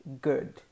good